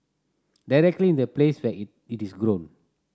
directly in the place where it it is grown